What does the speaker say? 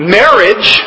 marriage